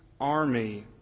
army